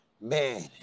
Man